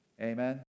Amen